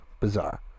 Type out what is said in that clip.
bizarre